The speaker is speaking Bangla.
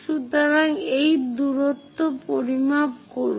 সুতরাং এই দূরত্ব পরিমাপ করুন